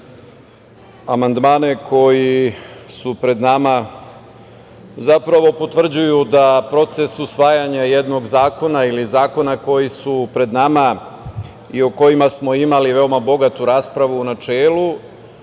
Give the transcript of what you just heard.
amandmani koji su pred nama zapravo potvrđuju da proces usvajanja jednog zakona ili zakona koji su pred nama i o kojima smo imali veoma bogatu raspravu u načelu,